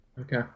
Okay